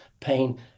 pain